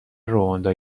رواندا